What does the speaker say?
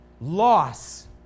loss